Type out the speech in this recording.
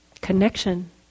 connection